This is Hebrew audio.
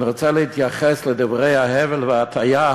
אני רוצה להתייחס לדברי ההבל וההטעיה